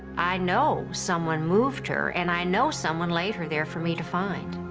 i know someone moved her, and i know someone laid her there for me to find.